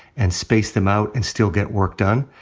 and space them out, and still get work done.